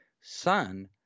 son